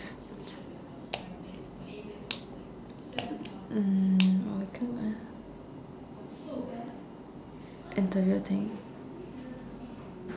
mm well interview thing